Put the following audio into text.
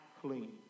clean